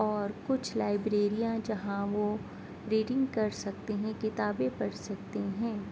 اور کچھ لائبریریاں جہاں وہ ریڈنگ کر سکتے ہیں کتابیں پڑھ سکتے ہیں